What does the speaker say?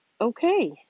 okay